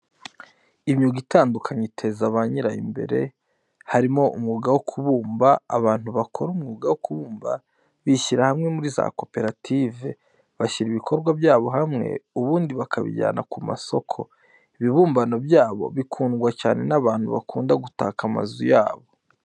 Imyuga itandukanye iteza ba nyirawo imbere harimo umwuga wo kubumba, abantu bakora umwuka wo kubumba bishyira hamwe muri za koperative, bashyira ibikorwa byabo hamwe ubundi bakabijyana ku masoko. Ibibumbano byabo bikundwa cyane n'abantu bakunda gutaka amazu yabo.